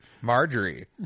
Marjorie